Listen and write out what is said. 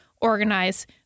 organize